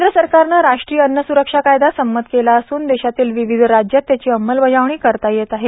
केंद्र सरकारन राष्ट्रीय अन्न स्रक्षा कायदा संमत केला असून देशातील विविध राज्यात त्याची अंमलबजावणी करण्यात येत आहे